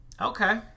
Okay